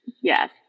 Yes